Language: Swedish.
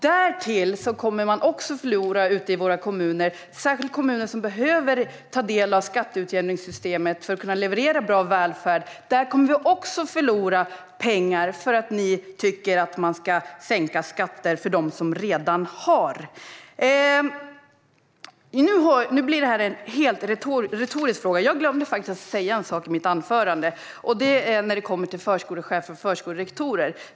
Därtill kommer våra kommuner, särskilt kommuner som behöver ta del av skatteutjämningssystemet för att kunna leverera bra välfärd, att förlora pengar för att ni tycker att man ska sänka skatter för dem som redan har. Nu blir det en helt retorisk fråga. Jag glömde faktiskt att säga en sak i mitt anförande. Det gäller förskolechefer och förskolerektorer.